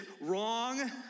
Wrong